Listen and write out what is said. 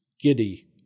Giddy